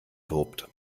tobt